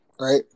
right